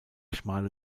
schmale